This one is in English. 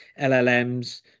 llm's